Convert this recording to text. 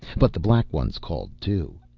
but the black ones called too.